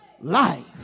life